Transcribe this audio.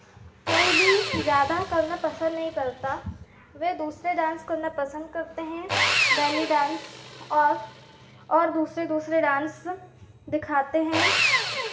कोई भी ज़्यादा करना पसंद नहीं करता वह दूसरे डांस करना पसंद करते हैं बैली डांस और और दूसरे दूसरे डांस दिखाते हैं